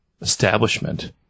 establishment